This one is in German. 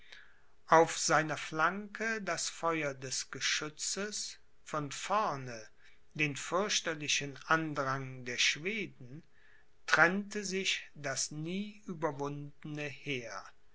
auf seiner flanke das feuer des geschützes von vorne den fürchterlichen andrang der schweden trennte sich das nie überwundene heer